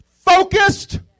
focused